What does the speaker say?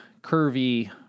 curvy